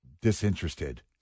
disinterested